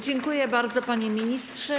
Dziękuję bardzo, panie ministrze.